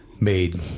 made